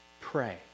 pray